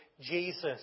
Jesus